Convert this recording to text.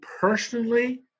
personally